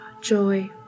joy